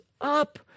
up